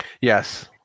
Yes